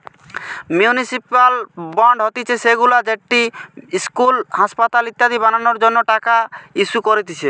municipal bond হতিছে সেইগুলা যেটি ইস্কুল, আসপাতাল ইত্যাদি বানানোর জন্য টাকা ইস্যু করতিছে